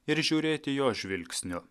ir žiūrėti jo žvilgsniu